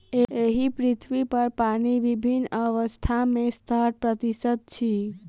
एहि पृथ्वीपर पानि विभिन्न अवस्था मे सत्तर प्रतिशत अछि